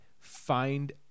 find